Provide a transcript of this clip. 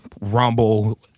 Rumble